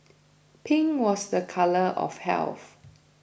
pink was the colour of health